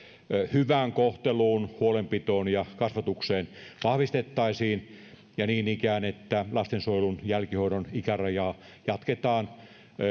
hyvään kohteluun huolenpitoon ja kasvatukseen vahvistettaisiin ja niin ikään lastensuojelun jälkihoidon ikärajaa jatketaan